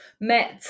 met